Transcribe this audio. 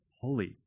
holy